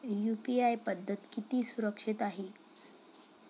UPI पद्धत किती सुरक्षित आहे?